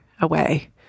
away